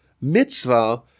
mitzvah